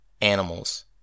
Animals